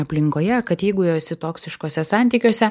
aplinkoje kad jeigu esi toksiškuose santykiuose